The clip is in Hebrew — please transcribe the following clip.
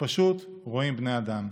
שפשוט רואים בני אדם.